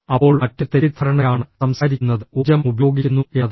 അപ്പോൾ മറ്റൊരു തെറ്റിദ്ധാരണയാണ് സംസാരിക്കുന്നത് ഊർജ്ജം ഉപയോഗിക്കുന്നു എന്നതല്ല